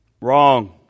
wrong